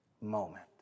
moment